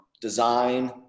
design